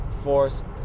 forced